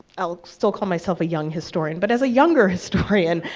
i'll still call myself a young historian, but as a younger historian,